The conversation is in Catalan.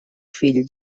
fill